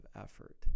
effort